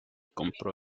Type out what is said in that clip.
compró